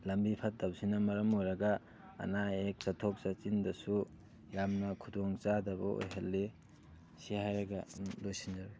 ꯂꯝꯕꯤ ꯐꯠꯇꯕꯁꯤꯅ ꯃꯔꯝ ꯑꯣꯏꯔꯒ ꯑꯅꯥ ꯑꯌꯦꯛ ꯆꯠꯊꯣꯛ ꯆꯠꯁꯤꯟꯗꯁꯨ ꯌꯥꯝꯅ ꯈꯨꯗꯣꯡ ꯆꯥꯗꯕ ꯑꯣꯏꯍꯜꯂꯤ ꯁꯤ ꯍꯥꯏꯔꯒ ꯂꯣꯏꯁꯟꯖꯔꯒꯦ